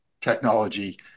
technology